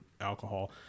alcohol